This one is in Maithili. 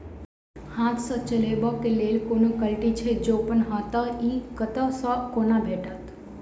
हाथ सऽ चलेबाक लेल कोनों कल्टी छै, जौंपच हाँ तऽ, इ कतह सऽ आ कोना भेटत?